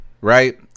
right